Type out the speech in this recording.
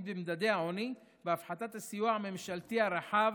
במדדי העוני בהפחתת הסיוע הממשלתי הרחב